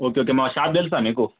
okay okay మా shop తెలుసా మీకు